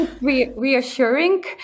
reassuring